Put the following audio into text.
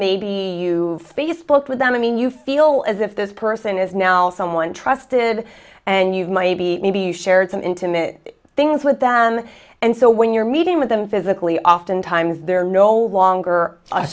maybe you facebook with them i mean you feel as if this person is now someone trusted and you might be maybe you shared some intimate things with them and so when you're meeting with them physically oftentimes they're no longer a